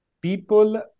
People